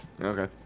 okay